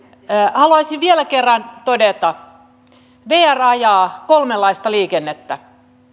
haluaisin vielä kerran todeta että vr ajaa kolmenlaista liikennettä